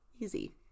easy